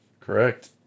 Correct